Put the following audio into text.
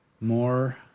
more